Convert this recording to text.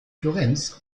florenz